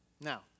Now